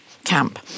Camp